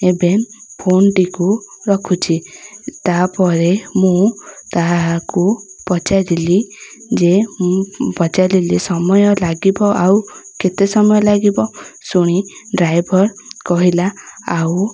ଏବେ ଫୋନ୍ଟିକୁ ରଖୁଛି ତାପରେ ମୁଁ ତାହାକୁ ପଚାରଦିଲି ଯେ ମୁଁ ପଚାରିଲି ସମୟ ଲାଗିବ ଆଉ କେତେ ସମୟ ଲାଗିବ ଶୁଣି ଡ୍ରାଇଭର କହିଲା ଆଉ